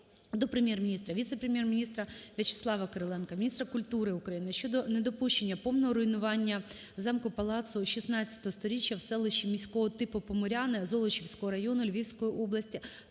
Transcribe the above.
віце-прем'єр-міністра В’ячеслава Кириленка, міністра культури України щодо недопущення повного руйнування замку - палацу XVI сторіччя в селищі міського типу Поморяни Золочівського району Львівської області